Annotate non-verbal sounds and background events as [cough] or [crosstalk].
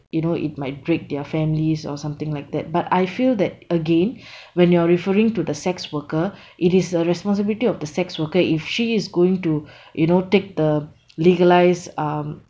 you know it might break their families or something like that but I feel that again [breath] when you are referring to the sex worker it is a responsibility of the sex worker if she is going to [breath] you know take the legalised um